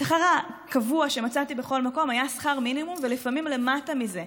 השכר הקבוע שמצאתי בכל מקום היה שכר מינימום ולפעמים למטה מזה.